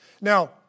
Now